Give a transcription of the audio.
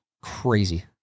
crazy